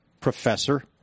professor